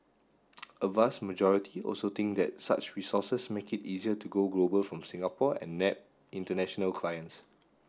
a vast majority also think that such resources make it easier to go global from Singapore and nab international clients